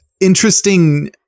interesting